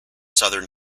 southern